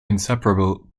inseparable